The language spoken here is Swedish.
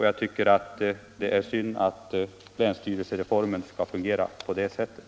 Jag tycker att det är synd att länsstyrelsereformen skall fungera på det sättet.